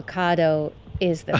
avocado is